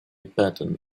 patton